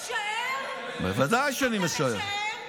אתה משער, בוודאי, אני משער.